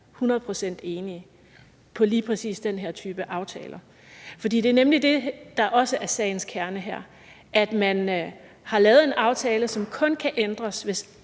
enige, i lige præcis den her type aftaler? Det, der nemlig også er sagens kerne her, er, at man har lavet en aftale, som kun kan ændres, hvis